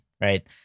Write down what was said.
right